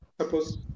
suppose